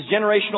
generational